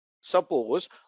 suppose